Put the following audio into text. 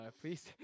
please